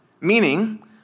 Meaning